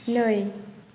नै